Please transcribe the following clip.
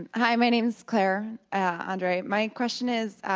and hi. my name is claire andre. my question is,